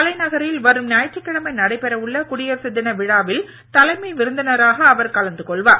தலைநகரில் வரும் ஞாயிற்றுக்கிழமை நடைபெற உள்ள குடியரசு தின விழாவில் தலைமை விருந்தினராக அவர் கலந்து கொள்வார்